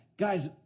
Guys